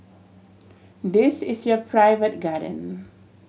this is your private garden